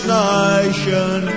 nation